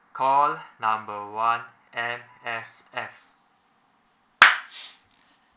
call number one M_S_F